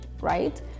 right